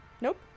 nope